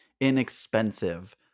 inexpensive